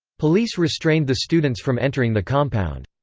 police restrained the students from entering the compound.